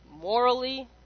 morally